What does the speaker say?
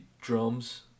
drums